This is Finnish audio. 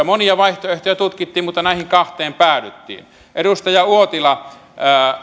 monia vaihtoehtoja tutkittiin mutta näihin kahteen päädyttiin edustaja uotila kysyitte